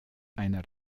einer